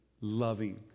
loving